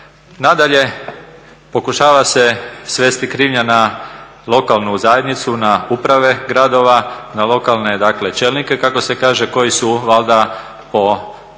Nadalje, pokušava se svesti krivnja na lokalnu zajednicu, na uprave gradova, na lokalne dakle čelnike kako se kaže koji